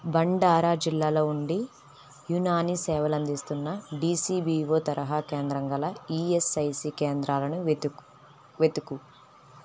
భండారా జిల్లాలో ఉండి యునానీ సేవలు అందిస్తున్న డీసీబిఓ తరహా కేంద్రం గల ఈఎస్ఐసీ కేంద్రాలను వెతుకు వెతుకు